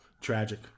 tragic